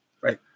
Right